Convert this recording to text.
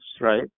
right